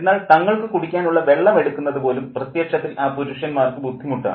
എന്നാൽ തങ്ങൾക്ക് കുടിക്കാനുള്ള വെള്ളം എടുക്കുന്നതു പോലും പ്രത്യക്ഷത്തിൽ ആ പുരുഷന്മാർക്ക് ബുദ്ധിമുട്ടാണ്